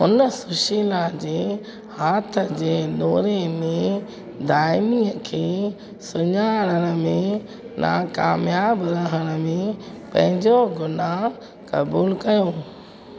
हुन सुशीला जे हाथ जे दोरे में दाइमीअ खे सुञाणण में नाकाम्याबु रहण में पंहिंजो गुनाह क़बूलु कयो